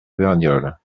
verniolle